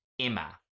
Emma